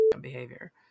behavior